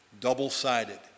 double-sided